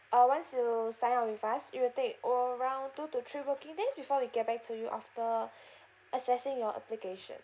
uh once you sign up with us it will take around two to three working days before we get back to you after assessing your application